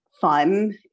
fun